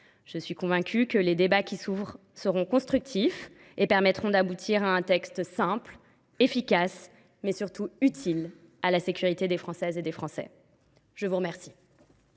Je suis convaincue que les débats qui s’ouvrent seront constructifs et permettront d’aboutir à un texte simple et efficace, mais surtout utile à la sécurité des Françaises et des Français. La parole